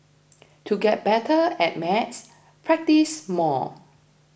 to get better at maths practise more